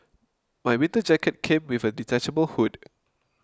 my winter jacket came with a detachable hood